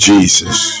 Jesus